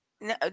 no